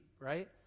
right